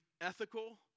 ethical